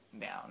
down